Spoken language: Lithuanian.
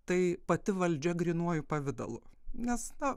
tai pati valdžia grynuoju pavidalu nes na